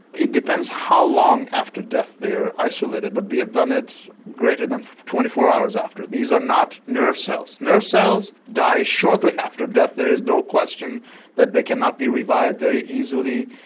it depends how long after death they are isolated, but we have done it greater than twenty four hours after. these are not nerve cells, nerve cells die shortly after death, there is no question that they cannot be revived very easily,